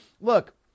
look